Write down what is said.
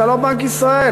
אתה לא בנק ישראל,